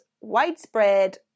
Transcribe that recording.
widespread